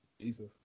Jesus